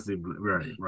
right